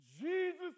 Jesus